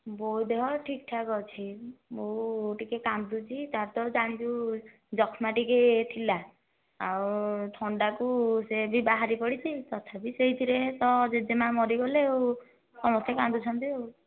ବୋଉ ଦେହ ଠିକ୍ ଠାକ୍ ଅଛି ବୋଉ ଟିକିଏ କାନ୍ଦୁଛି ତା'ର ତ ଜାଣିଛୁ ଯକ୍ଷ୍ମା ଟିକିଏ ଥିଲା ଆଉ ଥଣ୍ଡାକୁ ସେ ବି ବାହାରି ପଡ଼ିଛି ତଥାପି ସେଇଥିରେ ତ ଜେଜେମା' ମରିଗଲେ ଆଉ ସମସ୍ତେ କାନ୍ଦୁଛନ୍ତି ଆଉ